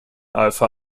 alpha